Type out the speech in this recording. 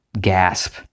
gasp